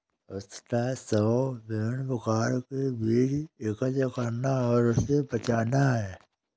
उसका शौक विभिन्न प्रकार के बीज एकत्र करना और उसे बचाना है